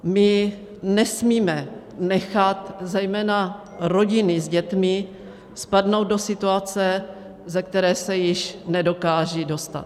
My nesmíme nechat zejména rodiny s dětmi spadnout do situace, ze které se již nedokážou dostat.